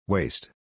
Waste